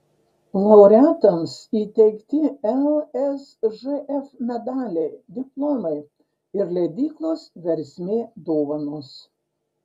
laureatams įteikti lsžf medaliai diplomai ir leidyklos versmė dovanos